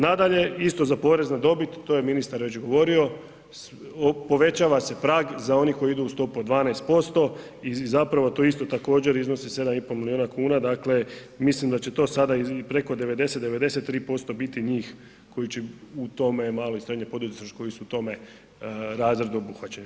Nadalje, isto za porez na dobit, to je ministar već govorio, povećava se prag za one koji idu u stopu od 12% i zapravo to isto također iznosi 7,5 milijuna kuna, dakle mislim da će to sada i preko 90, 93% biti njih koji će u tome malo i srednje poduzetništvo koji su u tome razredu obuhvaćeni.